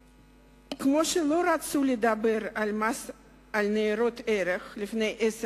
כמו שלא רצו לדבר על מס על ניירות ערך לפני עשר